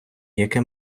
яке